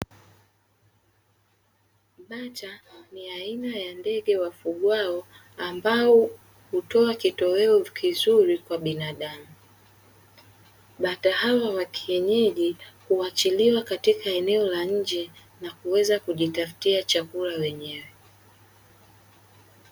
Bata ni aina ya ndege wafugwao ambao hutoa kitoweo kizuri kwa binadamu. Bata hao wa kienyeji huachiliwa katika katika eneo la nje na kuweza kujitafutia chakula wenyewe.